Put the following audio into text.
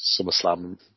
SummerSlam